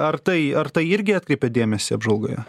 ar tai ar tai irgi atkreipėt dėmesį apžvalgoje